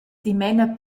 dimena